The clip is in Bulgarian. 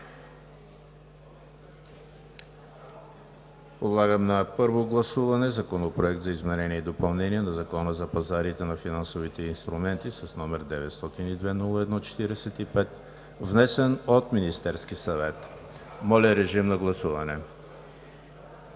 Подлагам на първо гласуване Законопроекта за изменение и допълнение на Закона за пазарите на финансовите инструменти с № 902-01-45, внесен от Министерския съвет. Гласували